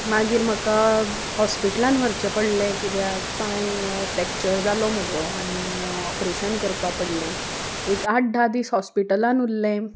मागीर म्हाका हॉस्पिटलान व्हरचें पडलें किद्याक पांय फ्रॅक्चर जालो म्हजो आनी ऑपरेशन करपा पडलें एक आठ धा दीस हॉस्पिटलान उरलें